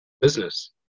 business